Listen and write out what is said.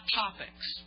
topics